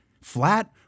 flat